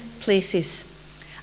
places